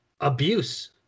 abuse